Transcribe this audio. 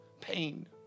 pain